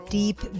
deep